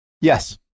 Yes